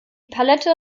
palette